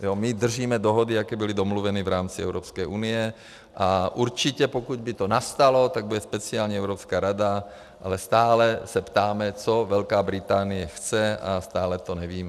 My držíme dohody, jaké byly domluvené v rámci Evropské unie, a určitě, pokud by to nastalo, tak bude speciální Evropská rada, ale stále se ptáme, co Velká Británie chce, a stále to nevíme.